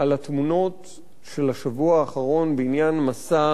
על התמונות של השבוע האחרון בעניין מסע